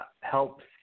helps